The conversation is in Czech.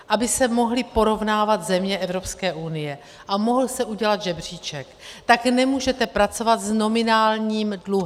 Aby se mohly porovnávat země Evropské unie a mohl se udělat žebříček, tak nemůžete pracovat s nominálním dluhem.